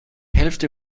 hälfte